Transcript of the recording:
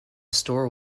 store